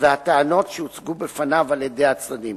והטענות שהוצגו בפניו על-ידי הצדדים.